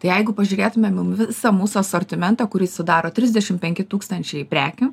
tai jeigu pažiūrėtumėm visą mūsų asortimentą kurį sudaro trisdešim penki tūkstančiai prekių